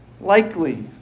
likely